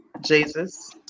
Jesus